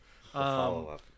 follow-up